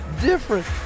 different